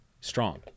strong